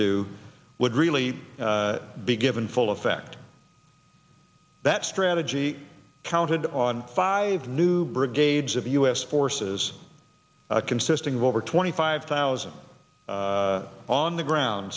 do would really be given full effect that strategy counted on five new brigades of u s forces consisting of over twenty five thousand on the ground